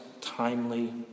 timely